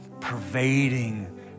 pervading